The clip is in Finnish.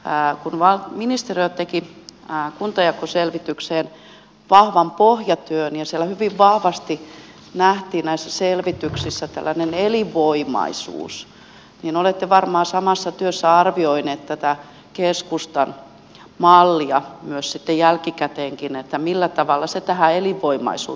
kun ministeriö teki kuntajakoselvitykseen vahvan pohjatyön ja siellä hyvin vahvasti nähtiin näissä selvityksissä tällainen elinvoimaisuus niin olette varmaan samassa työssä arvioineet tätä keskustan mallia myös sitten jälkikäteenkin millä tavalla se tähän elinvoimaisuu teen vastaa